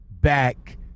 back